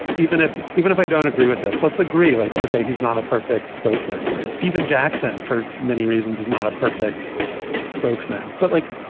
even if even if i don't agree with this, let's agree, like, ok, he's not a perfect spokesman. stephen jackson, for many reasons, is not a perfect spokesman. but like,